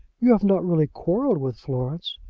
you have not really quarrelled with florence?